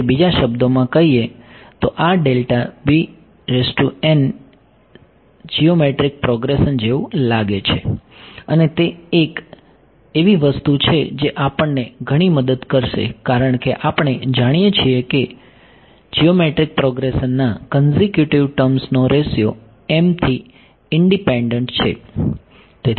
તેથી બીજા શબ્દોમાં કહીએ તો આ s જીઓમેટ્રીક પ્રોગ્રેશન જેવું લાગે છે અને તે એક એવી વસ્તુ છે જે આપણને ઘણી મદદ કરશે કારણ કે આપણે જાણીએ છીએ કે GPના કન્ઝીક્યુટીવ ટર્મ્સનો રેશિયો m થી ઈન્ડીપેન્ડંટ છે